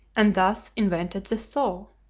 and thus invented the saw.